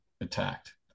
attacked